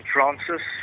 Francis